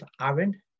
Aaron